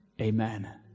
Amen